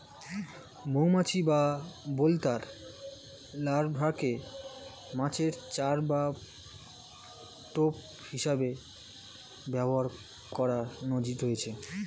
মৌমাছি বা বোলতার লার্ভাকে মাছের চার বা টোপ হিসেবে ব্যবহার করার নজির রয়েছে